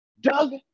Doug